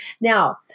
Now